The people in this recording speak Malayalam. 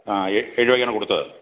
ആ എഴ് രൂപയ്ക്കാണ് കൊടുത്തത്